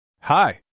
Hi